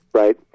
right